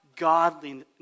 godliness